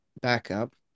backup